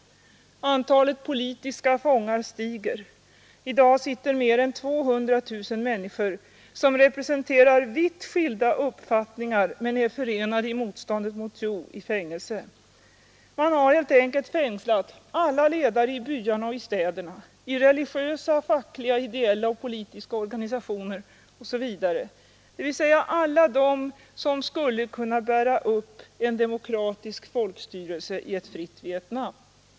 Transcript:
Antalet politiska fångar stiger. I dag sitter mer än 200 000 människor som representerar vitt skilda uppfattningar men är förenade i motståndet mot Thieu i fängelse. Man har helt enkelt fängslat alla ledare i byarna och städerna, i religiösa, fackliga, ideella och politiska organisationer osv., dvs. alla dem som skulle bära upp en demokratisk folkstyrelse i ett fritt Vietnam.